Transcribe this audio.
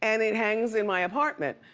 and it hangs in my apartment,